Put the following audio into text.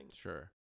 Sure